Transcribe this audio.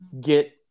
get